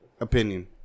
opinion